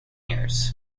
yours